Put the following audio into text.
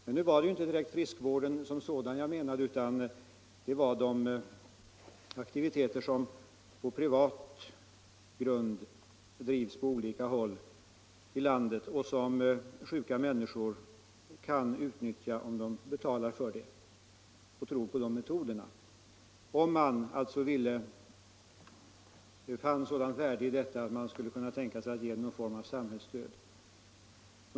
Men nu var det inte direkt friskvården jag avsåg, utan min interpellation gällde de aktiviteter som bedrivs privat på olika håll i landet och som sjuka människor kan utnyttja om de betalar för det och tror på dessa metoder. Min fråga var om samhället satte sådant värde på detta att man kunde tänka sig att ge någon form av samhällsstöd.